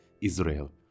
Israel